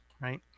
right